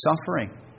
suffering